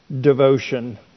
devotion